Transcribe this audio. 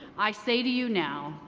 i say to you now,